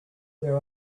there